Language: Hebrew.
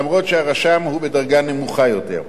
אף שהרשם הוא בדרגה נמוכה יותר.